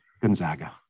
Gonzaga